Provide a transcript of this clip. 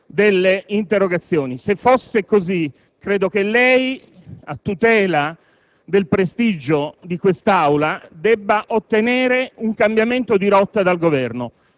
delle interrogazioni presentate. Se fosse così, credo che lei, a tutela del prestigio di quest'Assembla, debba ottenere un cambiamento di rotta dal Governo.